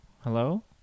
hello